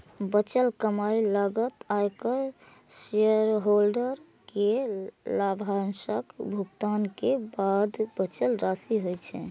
बचल कमाइ लागत, आयकर, शेयरहोल्डर कें लाभांशक भुगतान के बाद बचल राशि होइ छै